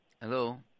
Hello